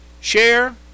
share